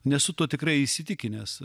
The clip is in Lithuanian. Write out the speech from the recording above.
nesu tuo tikrai įsitikinęs